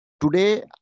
Today